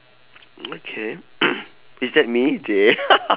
okay is that me !chey!